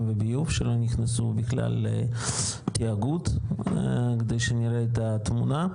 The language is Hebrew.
וביוב ושלא נכנסו לכלל --- ואיפה אנחנו נמצאים בתמונה,